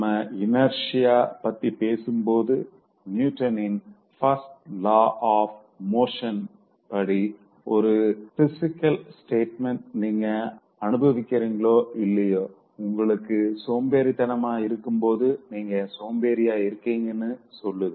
நாம இனர்ஷியா பத்தி பேசும்போது நியூட்டனின்Newtons பஸ்ட் லா ஆஃ மோஷனின் படி ஒரு பிசிகல் ஸ்டேட்மெண்ட் நீங்க அனுபவிக்கிறீங்களோ இல்லையோ உங்களுக்கு சோம்பேரித்தனமா இருக்கும்போதுதா நீங்க சோம்பேறியா இருக்கீங்கன்னு சொல்லுது